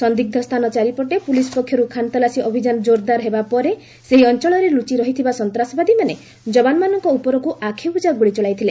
ସନ୍ଦିଗ୍ଧ ସ୍ଥାନ ଚାରିପଟେ ପୁଲିସ ପକ୍ଷରୁ ଖାନଥ୍ଲାସୀ ଅଭିଯାନ ଜୋର୍ଦାର ହେବା ପରେ ଲୁଚି ରହିଥିବା ସନ୍ତାସବାଦୀମାନେ ଯବାନମାନଙ୍କ ଉପରକୁ ଆଖିବୁଜା ଗୁଳି ଚଳାଇଥିଲେ